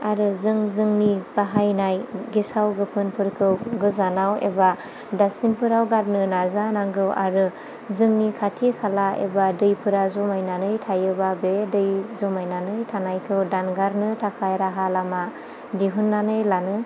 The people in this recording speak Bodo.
आरो जों जोंनि बाहायनाय गेसाव गोफोनफोरखौ गोजानाव एबा दासबिनफोराव गारनो नाजानांगौ आरो जोंनि खाथि खाला एबा दैफोरा जमायनानै थायोबा बे दै जमायनानै थानायखौ दानगारनो थाखाय राहा लामा दिहुननानै लानो